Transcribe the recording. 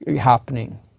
happening